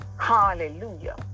hallelujah